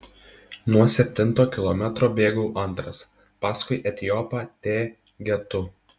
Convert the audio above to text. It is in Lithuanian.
nuo septinto kilometro bėgau antras paskui etiopą t getu